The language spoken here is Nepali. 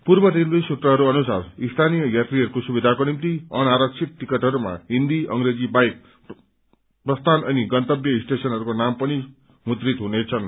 पूर्व रेलवे सूत्रहरू अनुसार स्थानीय यात्रीहरूको सुविधाको निम्ति अनारक्षित टिकटहरूमा हिन्दी अंग्रेजी बाहेक प्रस्थान अनि गन्तब्य स्टेशनहरूको नाम पनि मुद्दित हुनेछन्